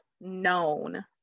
known